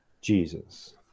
Jesus